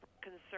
concern